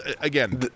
again